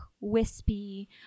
wispy